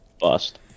Bust